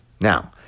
Now